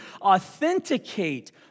authenticate